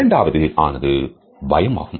இரண்டாவது ஆனது பயம் ஆகும்